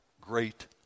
great